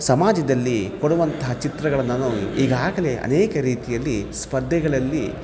ಸಮಾಜದಲ್ಲಿ ಕೊಡುವಂಥಹ ಚಿತ್ರಗಳನ್ನು ನಾನು ಈಗಾಗಲೇ ಅನೇಕ ರೀತಿಯಲ್ಲಿ ಸ್ಪರ್ದೆಗಳಲ್ಲಿ